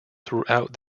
throughout